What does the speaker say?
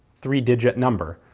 three digit number.